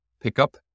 pickup